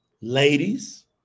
ladies